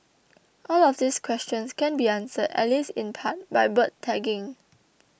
all of these questions can be answered at least in part by bird tagging